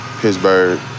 Pittsburgh